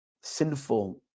sinful